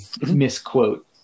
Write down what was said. misquote